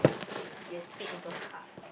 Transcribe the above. K we will split into half